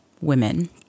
women